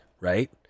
right